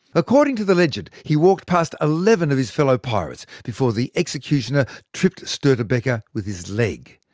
according to the legend, he walked past eleven of his fellow pirates before the executioner tripped stortebeker with his leg.